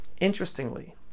Interestingly